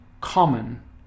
common